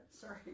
sorry